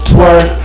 Twerk